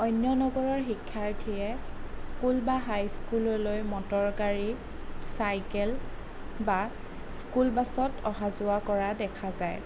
অন্য নগৰৰ শিক্ষাৰ্থীয়ে স্কুল বা হাইস্কুললৈ মটৰ গাড়ী চাইকেল বা স্কুল বাছত অহা যোৱা কৰা দেখা যায়